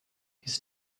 his